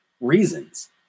reasons